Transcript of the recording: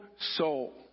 soul